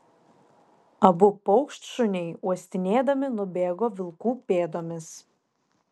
abu paukštšuniai uostinėdami nubėgo vilkų pėdomis